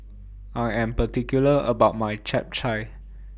I Am particular about My Chap Chai